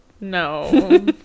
No